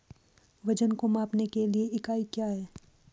वजन को मापने के लिए इकाई क्या है?